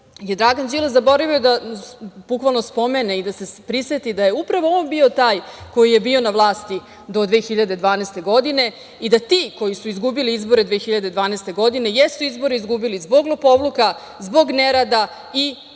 Dragan Đilas zaboravio da bukvalno spomene i da se priseti da je upravo on bio taj koji je bio na vlasti do 2012. godine i da ti koji su izgubili izbore 2012. godine jesu izbore izgubili zbog lopovluka, zbog nerada i upravo